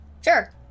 sure